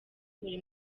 buri